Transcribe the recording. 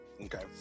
Okay